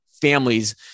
families